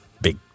big